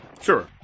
sure